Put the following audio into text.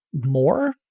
more